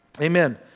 Amen